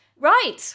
Right